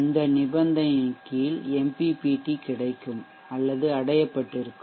அந்த நிபந்தனையின் கீழ் MPPT கிடைக்கும்அடையப்பட்டிருக்கும்